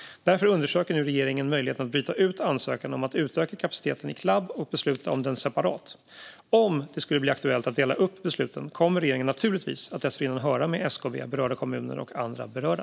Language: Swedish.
Därför undersöker nu regeringen möjligheten att bryta ut ansökan om att utöka kapaciteten i Clab och besluta om den separat. Om det skulle bli aktuellt att dela upp besluten kommer regeringen naturligtvis att dessförinnan höra med SKB, berörda kommuner och andra berörda.